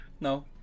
no